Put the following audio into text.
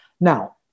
Now